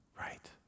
Right